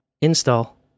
install